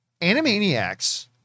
Animaniacs